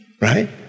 Right